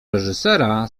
reżysera